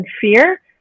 fear